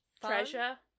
treasure